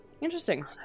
Interesting